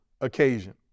occasion